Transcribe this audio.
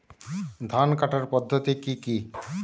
ধান কাটার পদ্ধতি কি কি?